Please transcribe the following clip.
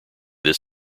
this